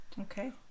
Okay